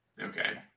Okay